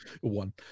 One